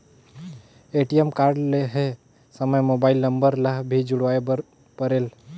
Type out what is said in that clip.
ATM card लहे समय mobile number ला भी जुड़वाए बर परेल?